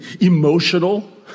emotional